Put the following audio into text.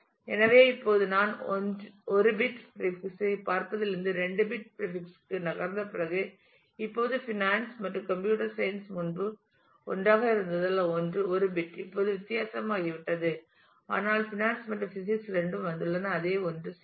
எனவே இப்போது நான் 1 பிட் பிரீபிக்ஸ் ஐ பார்ப்பதிலிருந்து 2 பிட் பிரீபிக்ஸ் க்கு நகர்ந்த பிறகு இப்போது ஃபைனான்ஸ் மற்றும்கம்ப்யூட்டர் சயின்ஸ் முன்பு ஒன்றாக இருந்ததால் 1 பிட் இப்போது வித்தியாசமாகிவிட்டது ஆனால் ஃபைனான்ஸ் மற்றும் பிசிக்ஸ் இரண்டும் வந்துள்ளன அதே 1 0